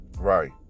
Right